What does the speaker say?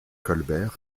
colbert